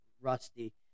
Rusty